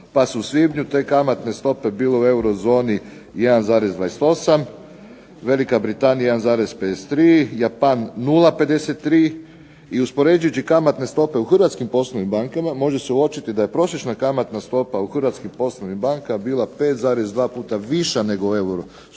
pa su u svibnju te kamatne stope bile u euro zoni 1,28, Velika Britanija 1,53, Japan 0,53. I uspoređujući kamatne stope u hrvatskim poslovnim bankama može se uočiti da je prosječna kamatna stopa u hrvatskim poslovnim bankama bila 5,2 puta viša nego u